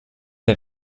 der